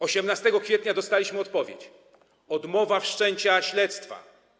18 kwietnia dostaliśmy odpowiedź: odmowa wszczęcia śledztwa.